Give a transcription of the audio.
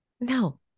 no